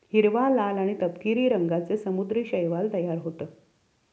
हिरवा, लाल आणि तपकिरी रंगांचे समुद्री शैवाल तयार होतं